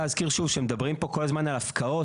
אני רוצה להזכיר שוב שמדברים פה כל הזמן על הפקעות